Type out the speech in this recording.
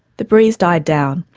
the breeze died down,